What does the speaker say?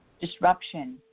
disruption